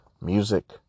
Music